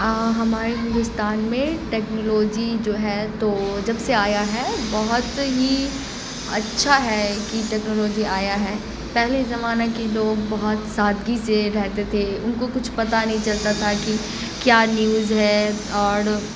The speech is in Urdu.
ہمارے ہندوستان میں ٹیکنالوجی جو ہے تو جب سے آیا ہے بہت ہی اچھا ہے کہ ٹیکنالوجی آیا ہے پہلے زمانہ کے لوگ بہت سادگی سے رہتے تھے ان کو کچھ پتا نہیں چلتا تھا کہ کیا نیوز ہے اور